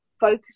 focus